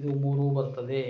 ಇದು ಮೂರೂ ಬರ್ತದೆ